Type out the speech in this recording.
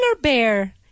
bear